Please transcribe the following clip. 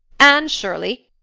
anne shirley,